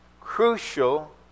crucial